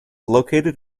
located